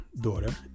daughter